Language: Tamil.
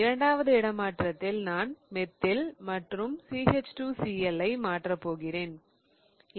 இரண்டாவது இடமாற்றத்தில் நான் மெத்தில் மற்றும் CH2Cl லை மாற்றப் போகிறேன்